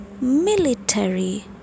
military